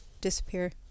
disappear